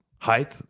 height